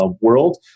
world